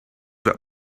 were